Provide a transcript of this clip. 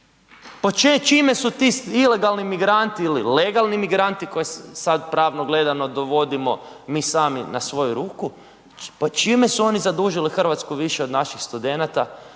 čime su ti ilegalni migranti ili legalni migranti koje sad pravno gledamo dovodimo mi sami na svoju ruku, pa čime su oni zadužili Hrvatsku više od naših studenata,